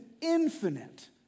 infinite